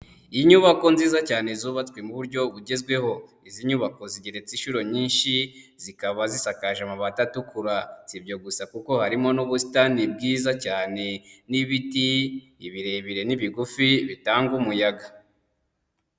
Inyubako nziza cyane zubatswe mu buryo bugezweho. Izi nyubako zigeretse inshuro nyinshi, zikaba zisakaje amabati atukura. Si ibyo gusa kuko harimo n'ubusitani bwiza cyane, n'ibiti, ibirebire n'ibigufi bitanga umuyaga.